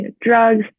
drugs